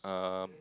um